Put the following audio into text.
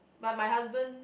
but my husband